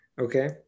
okay